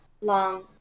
long